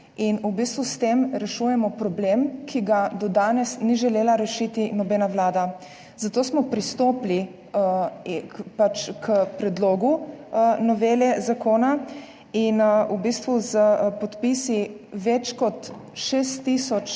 s tem rešujemo problem, ki ga do danes ni želela rešiti nobena vlada. Zato smo pristopili k predlogu novele zakona in v bistvu s podpisi več kot 6 tisoč